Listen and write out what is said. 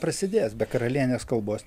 prasidės be karalienės kalbos